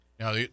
Now